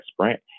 sprint